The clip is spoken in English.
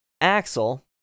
Axel